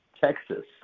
Texas